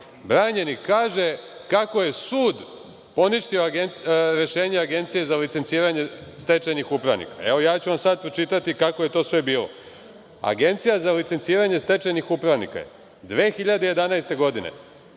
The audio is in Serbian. Branjenik kaže kako je sud poništio rešenje Agencije za licenciranje stečajnih upravnika. Evo, sada ću vam pročitati kako je sve to bilo. Agencija za licenciranje stečajnih upravnika je 2011. godine